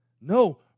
no